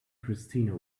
christina